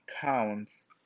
counts